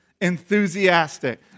enthusiastic